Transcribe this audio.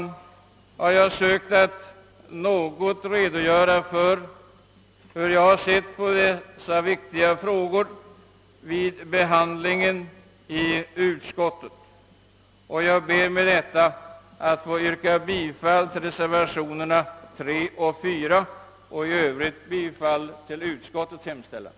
Jag har här försökt att något redogöra för hur jag har sett på dessa viktiga frågor vid behandlingen i utskottet, och jag ber med det anförda att få yrka bifall till reservationerna 3 och 4. I övrigt yrkar jag bifall till utskottets hemställan.